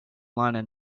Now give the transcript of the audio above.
liner